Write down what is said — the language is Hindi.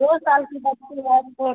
दो साल की बच्ची है छोट